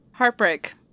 Heartbreak